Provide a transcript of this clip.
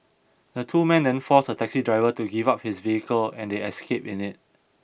the two men then forced a taxi driver to give up his vehicle and they escaped in it